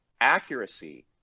accuracy